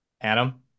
Adam